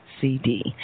CD